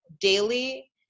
daily